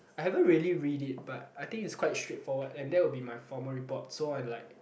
I haven't really read it but I think it's quite straight forward and that will be my formal report so I like